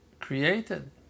created